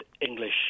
English